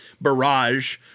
barrage